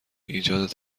ایجاد